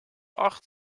acht